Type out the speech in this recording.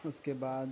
اُس کے بعد